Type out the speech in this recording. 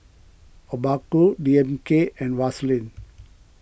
Obaku D M K and Vaseline